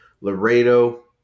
Laredo